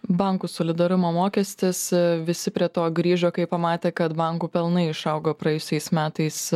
bankų solidarumo mokestis visi prie to grįžo kai pamatė kad bankų pelnai išaugo praėjusiais metais